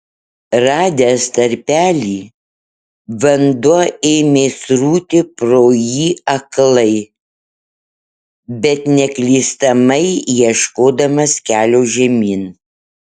radęs tarpelį vanduo ėmė srūti pro jį aklai bet neklystamai ieškodamas kelio žemyn